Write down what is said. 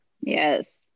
Yes